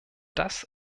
das